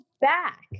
back